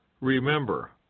Remember